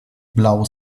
blau